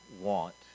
want